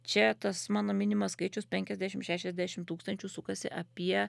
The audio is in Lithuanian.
čia tas mano minimas skaičius penkiasdešim šešiasdešim tūkstančių sukasi apie